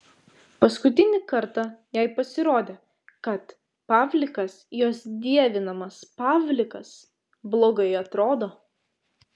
paskutinį kartą jai pasirodė kad pavlikas jos dievinamas pavlikas blogai atrodo